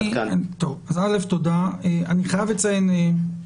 אנא תעלו לבמה ברגע המתאים,